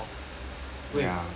go and go and fix now